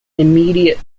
immediate